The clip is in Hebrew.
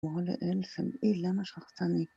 אומרה לאל סלעי, למה שכחתני?